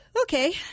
okay